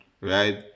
right